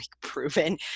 proven